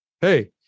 Hey